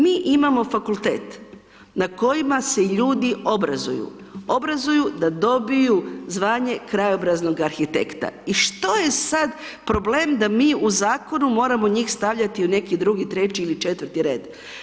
Mi imamo fakultet na kojima se ljudi obrazuju, obrazuju da dobiju zvanje krajobraznog arhitekta i što je sad problem da mi u Zakonu moramo njih stavljati u neki drugi, treći ili četvrti red.